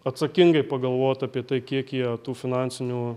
atsakingai pagalvot apie tai kiek jie tų finansinių